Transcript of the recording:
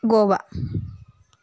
Goa